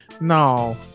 No